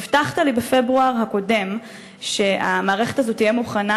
הבטחת לי בפברואר הקודם שהמערכת הזאת תהיה מוכנה